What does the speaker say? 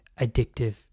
addictive